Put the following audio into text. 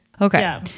Okay